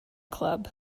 club